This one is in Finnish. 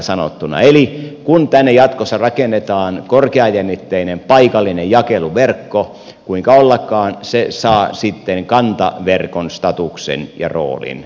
eli kun tänne jatkossa rakennetaan korkeajännitteinen paikallinen jakeluverkko kuinka ollakaan se saa sitten kantaverkon statuksen ja roolin